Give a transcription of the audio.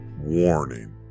Warning